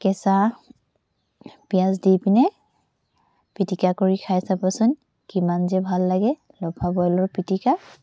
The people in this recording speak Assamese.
কেঁচা পিঁয়াজ দি পিনে পিটিকা কৰি খাই চাবচোন কিমান যে ভাল লাগে লফা বইলৰ পিটিকা